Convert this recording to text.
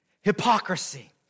hypocrisy